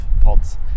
pods